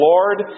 Lord